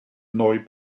neu